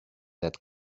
that